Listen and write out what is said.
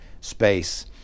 space